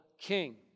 king